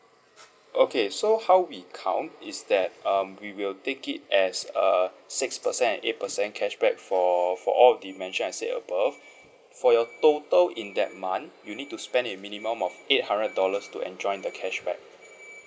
okay so how we count is that um we will take it as err six percent and eight percent cashback for for all the mentioned I said above for your total in that month you need to spend a minimum of eight hundred dollars to enjoy the cashback